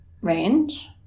range